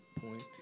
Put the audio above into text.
point